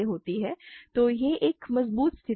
तो यह एक मजबूत स्थिति है